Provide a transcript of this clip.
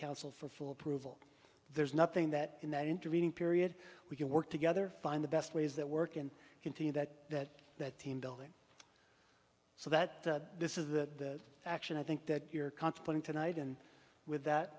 council for full approval there's nothing that in that intervening period we can work together find the best ways that work and continue that that team building so that the this is the action i think that you're contemplating tonight and with that